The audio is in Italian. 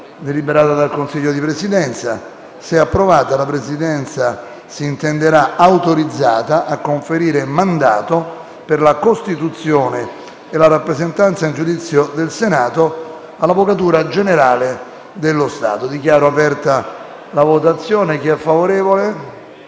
deliberata dal Consiglio di Presidenza. Se approvata, la Presidenza si intenderà autorizzata a conferire mandato, per la costituzione e la rappresentanza in giudizio del Senato, all'Avvocatura generale dello Stato. Metto ai voti la proposta